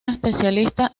especialista